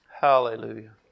Hallelujah